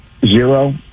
zero